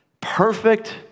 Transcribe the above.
perfect